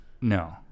No